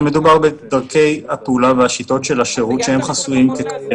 מדובר בדרכי הפעולה והשיטות של השירות שהן חסויות.